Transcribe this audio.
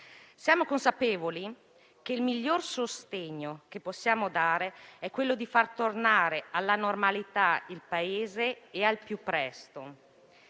Siamo consapevoli che il miglior sostegno che possiamo dare è quello di far tornare alla normalità il Paese al più presto.